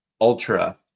ultra